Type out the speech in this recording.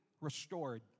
restored